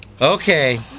Okay